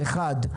אחד,